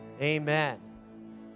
Amen